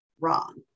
wrong